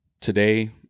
Today